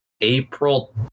April